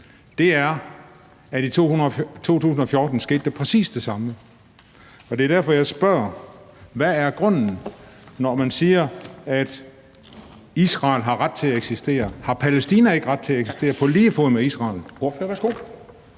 andet er, at i 2014 skete der præcis det samme, og det er derfor, jeg spørger: Hvad er grunden, når man siger, at Israel har ret til at eksistere? Har Palæstina ikke ret til at eksistere på lige fod med Israel? Kl.